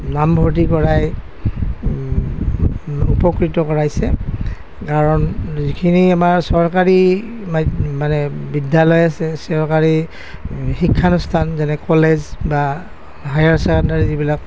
নামভৰ্তি কৰাই উপকৃত কৰাইছে কাৰণ যিখিনি আমাৰ চৰকাৰী মানে বিদ্যালয় আছে চৰকাৰী শিক্ষানুষ্ঠান যেনে কলেজ বা হায়াৰ চেকেণ্ডেৰী যিবিলাক